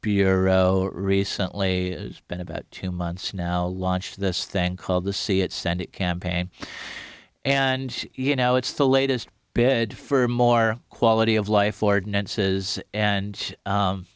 bureau recently spent about two months now launched this thing called the see it senate campaign and you know it's the latest bid for more quality of life ordinances and